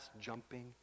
jumping